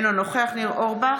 אינו נוכח ניר אורבך,